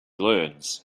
learns